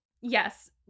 Yes